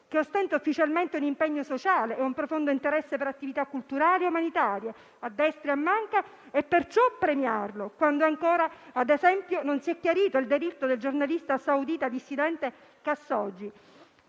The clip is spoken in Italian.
che ostenta ufficialmente un impegno sociale e un profondo interesse per attività culturali e umanitaria a destra e a manca, e perciò premiarlo, quando ancora ad esempio non si è chiarito il delitto del giornalista saudita dissidente Khashoggi,